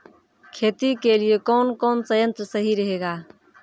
खेती के लिए कौन कौन संयंत्र सही रहेगा?